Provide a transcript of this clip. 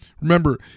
Remember